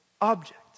object